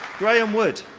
graham wood.